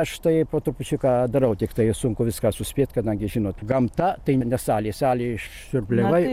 aš tai po trupučiuką darau tiktai sunku viską suspėt kadangi žinot gamta tai ne salė salę išsiurbliavai